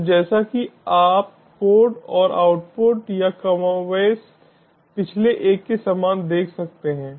तो जैसा कि आप कोड और आउटपुट या कमोबेश पिछले एक के समान देख सकते हैं